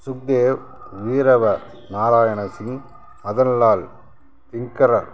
Sukhdev வீரவ நாயணசிங் Madanlal இங்கரர்